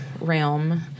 realm